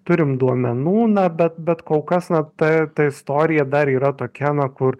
turim duomenų na bet bet kol kas na ta ta istorija dar yra tokia na kur